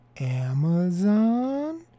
Amazon